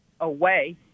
away